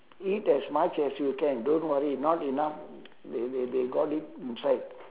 eat as much as you can don't worry not enough they they they got it inside